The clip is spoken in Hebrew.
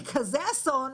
היא כזה אסון,